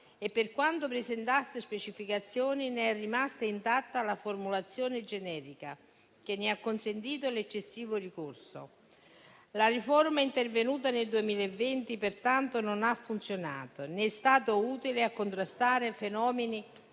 e, per quanto presentasse specificazioni, ne è rimasta intatta la formulazione generica, che ne ha consentito l'eccessivo ricorso. La riforma intervenuta nel 2020 pertanto non ha funzionato, né è stata utile a contrastare i fenomeni